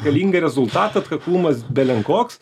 galingą rezultatą atkaklumas belen koks